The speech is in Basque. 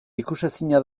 ikusezina